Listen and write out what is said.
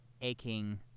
aching